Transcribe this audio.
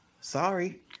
Sorry